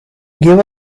give